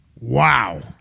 Wow